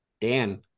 Dan